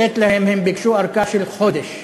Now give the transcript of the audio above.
לתת להם, הם ביקשו ארכה של חודש,